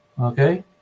okay